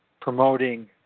promoting